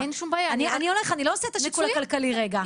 אני הולך ואני לא עושה את השיקול הכלכלי רגע.